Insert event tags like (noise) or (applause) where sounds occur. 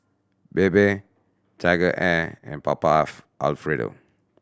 Bebe TigerAir and Papa (unintelligible) Alfredo